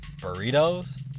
burritos